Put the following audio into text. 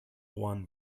one